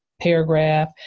paragraph